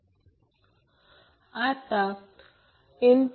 हे 12 40 millihenry आहे